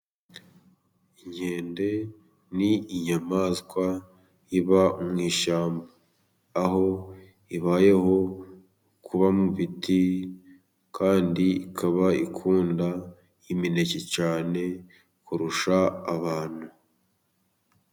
Inkende ni inyamaswa iba mu ishyamba, aho ibayeho kuba mu biti kandi ikaba ikunda imineke cyane kurusha abantu.